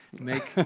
make